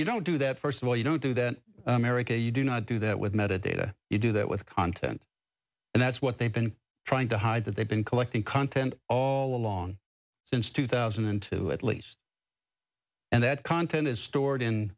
you don't do that first of all you don't do that you do not do that with metadata you do that with content and that's what they've been trying to hide that they've been collecting content all along since two thousand and two at least and that content is stored in